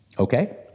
Okay